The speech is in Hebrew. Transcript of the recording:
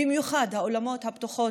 במיוחד האולמות הפתוחים.